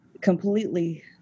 completely